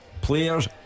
players